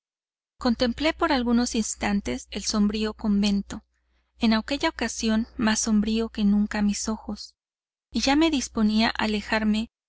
contemplé por algunos instantes el sombrío convento en aquella ocasión más sombrío que nunca a mis ojos y ya me disponía a alejarme